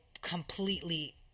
completely